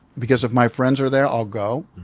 because if my friends are there, i'll go.